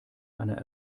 einer